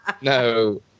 no